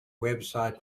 website